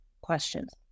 questions